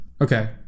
okay